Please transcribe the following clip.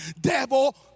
devil